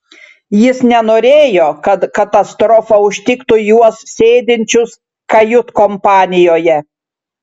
jis nenorėjo kad katastrofa užtiktų juos sėdinčius kajutkompanijoje